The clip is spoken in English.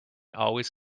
always